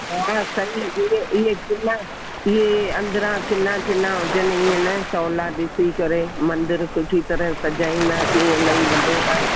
हा सही इहे इहे इहे इहे अंदरां किना छिना हुजनि इहा न सवला ॾिसी करे मंदरु सुठी तरह सजाईंदासीं इलाही वॾो आहे